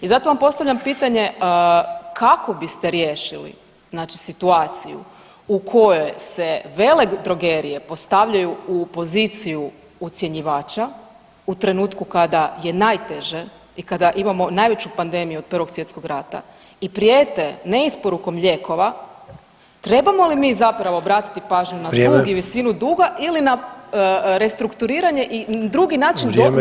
I zato vam postavljam pitanje, kako biste riješili znači situaciju u kojoj se veledrogerije postavljaju u poziciju ucjenjivača u trenutku kada je najteže i kada imamo najveću pandemiju od Prvog svjetskog rata i prijete ne isporukom lijekova trebamo li mi zapravo obratiti pažnju [[Upadica: Vrijeme]] na dug i visinu duga ili na restrukturiranje i drugi način nabavke lijekom?